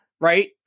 right